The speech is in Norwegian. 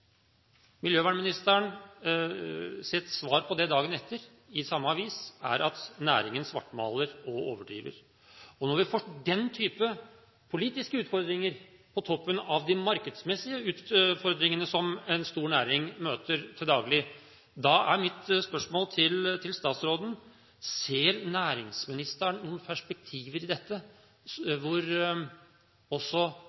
svar på det dagen etter, i samme avis, er at næringen svartmaler og overdriver. Når vi får den type politiske utfordringer på toppen av de markedsmessige utfordringene som en stor næring møter til daglig, er mitt spørsmål til statsråden: Ser næringsministeren noen perspektiver i dette